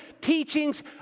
teachings